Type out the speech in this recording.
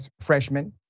freshman